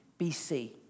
BC